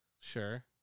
Sure